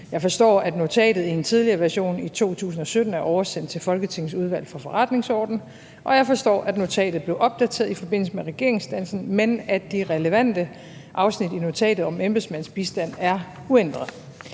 Jeg forstår, at notatet i en tidligere version i 2017 er oversendt til Folketingets Udvalg for Forretningsordenen, og jeg forstår, at notatet blev opdateret i forbindelse med regeringsdannelsen, men at de relevante afsnit i notatet om embedsmænds bistand er uændret.